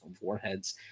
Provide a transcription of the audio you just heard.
Warheads